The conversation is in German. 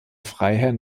freiherren